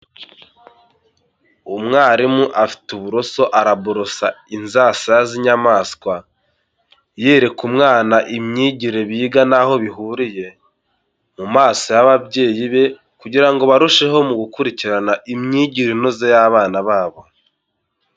Umwarimu afite uburoso arabosa inzasaya z'inyamaswa, yereka umwana imyigire biga n'aho bihuriye, mu maso y'ababyeyi be kugira ngo barusheho mu gukurikirana imyigire inoze y'abana babo.